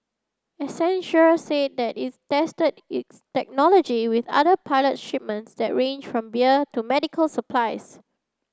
accenture said that is tested its technology with other pilot shipments that range from beer to medical supplies